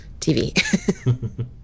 TV